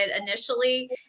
initially